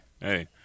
Hey